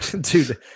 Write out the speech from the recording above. Dude